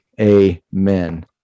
Amen